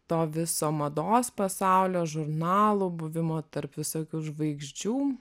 to viso mados pasaulio žurnalų buvimo tarp visokių žvaigždžių